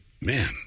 man